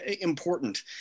important